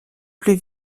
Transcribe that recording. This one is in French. plus